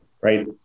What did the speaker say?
right